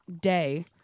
day